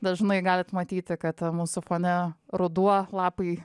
dažnai galit matyti kad mūsų fone ruduo lapai